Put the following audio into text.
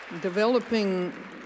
Developing